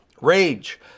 rage